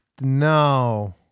No